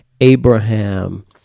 Abraham